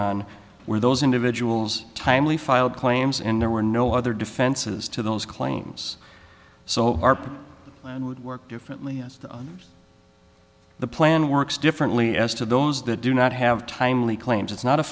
on where those individuals timely filed claims and there were no other defenses to those claims so our land would work differently as the the plan works differently as to those that do not have timely claims it's not a